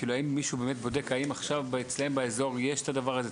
כאילו האם מישהו באמת בודק האם עכשיו אצלם באזור יש את הדבר הזה,